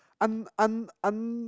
un~ un~ un~